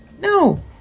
No